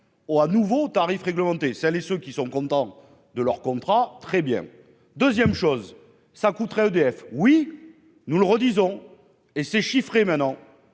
au à nouveau tarif réglementé, ça laisse qui sont contents de leur contrat. Très bien. 2ème chose.-- Ça coûterait EDF. Oui, nous le redisons et ces chiffres maintenant,